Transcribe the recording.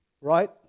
Right